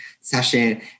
session